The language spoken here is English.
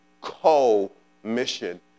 co-mission